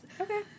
Okay